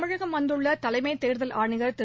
தமிழகம் வந்துள்ளதலைமைத் தேர்தல் ஆணையர் திரு